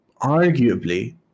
arguably